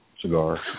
cigar